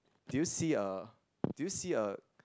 do you see a do you see a